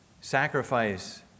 sacrifice